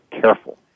careful